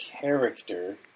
character